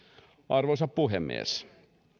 arvoisa puhemies